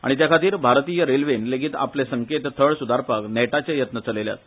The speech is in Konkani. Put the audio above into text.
आनी ते खातीर भारतीय रेल्वेन लेगीत आपले संकेतथळ सुदारपाक नेटाचे यत्न चलयल्यात